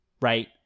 right